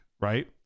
right